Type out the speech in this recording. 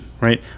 right